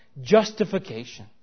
justification